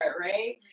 right